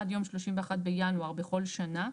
עד יום 31 בינואר בכל שנה.